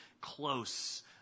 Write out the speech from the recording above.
close